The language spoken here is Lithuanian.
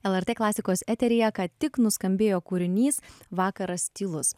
lrt klasikos eteryje ką tik nuskambėjo kūrinys vakaras tylus